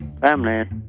family